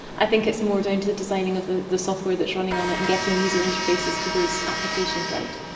i think it's more down to the designing of the the software that is running on it and getting the user interfaces to those applications right.